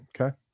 okay